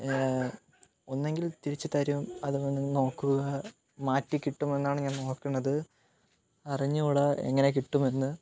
ഒന്നെങ്കിൽ തിരിച്ചുതരും അതുമൊന്ന് നോക്കുക മാറ്റിക്കിട്ടുമോ എന്നാണ് ഞാൻ നോക്കുന്നത് അറിഞ്ഞൂടാ എങ്ങനെ കിട്ടുമെന്ന്